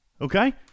okay